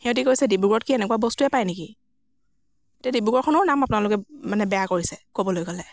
সিহঁতি কৈছে ডিব্ৰুগড়ত কি এনেকুৱা বস্তুৱে পাই নেকি এতিয়া ডিব্ৰুগড়খনৰ নাম আপোনালোকে মানে বেয়া কৰিছে ক'বলৈ গ'লে